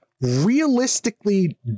realistically